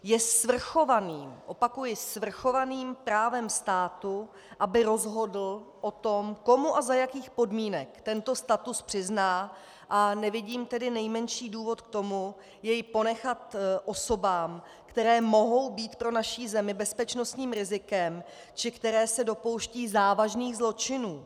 Je svrchovaným opakuji, svrchovaným právem státu, aby rozhodl o tom, komu a za jakých podmínek tento status přizná, a nevidím tedy nejmenší důvod k tomu jej ponechat osobám, které mohou být pro naši zemi bezpečnostním rizikem či které se dopouštějí závažných zločinů.